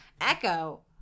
Echo